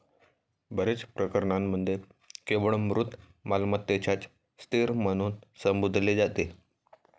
बर्याच प्रकरणांमध्ये केवळ मूर्त मालमत्तेलाच स्थिर म्हणून संबोधले जाते